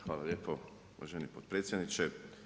Hvala lijepo uvaženi potpredsjedniče.